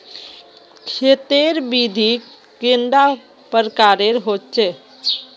खेत तेर विधि कैडा प्रकारेर होचे?